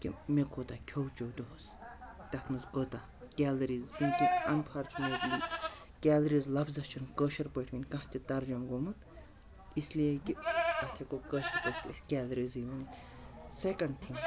کہِ مےٚ کوٗتاہ کھیٚو چیٚو دۄہَس تَتھ منٛز کوتاہ کیلریٖز کیونکہ اَنفارچُنیٹلی کیلریٖز لفظس چھِنہٕ کٲشِر پٲٹھۍ وٕنہِ کانٛہہ تہِ ترجُمہٕ گوٚمُت اِسلیے کہِ اَتھ ہٮ۪کو کٲشِر پٲٹھۍ تہِ أسۍ کیلریٖزٕے ؤنِتھ سیکَنڈ تھِنٛگ